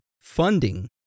funding